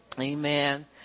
Amen